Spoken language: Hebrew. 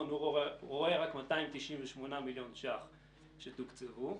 הוא רואה רק 298 מיליון שקלים שתוקצבו,